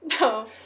No